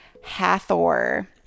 hathor